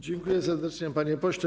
Dziękuję serdecznie, panie pośle.